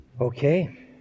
Okay